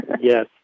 Yes